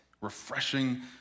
refreshing